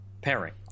pairing